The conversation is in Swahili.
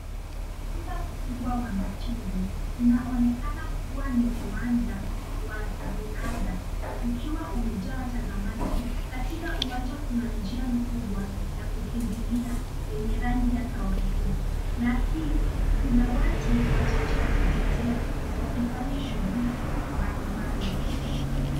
Uwanja mkubwa wa michezo, unaonekana kuwa ni uwanja, wa riadha, ukiwa umejaa watazamaji. Katika uwanja kuna njia kubwa ya kukimbilia yenye rangi ya kahawia na hii kuna watu wachache wakitembea wakifanya shughuli mbalimbali.